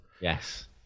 Yes